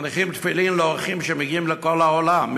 מניחים תפילין לאורחים שמגיעים מכל העולם.